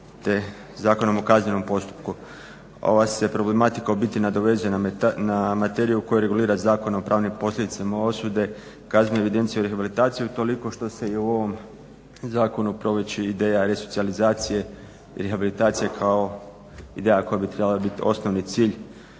te Zakonom o kaznenom postupku. Ova se problematika u biti nadovezuje na materiju koja regulira Zakon o pravnim posljedicama osude kaznenu evidenciju i rehabilitaciju utoliko što se i u ovom zakonu provlači ideja resocijalizacije i rehabilitacije kao ideja koja bi trebala biti osnovni cilj